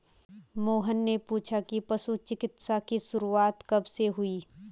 मोहन ने पूछा कि पशु चिकित्सा की शुरूआत कब से हुई?